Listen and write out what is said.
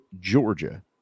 Georgia